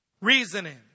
Reasoning